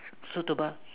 suitable